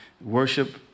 Worship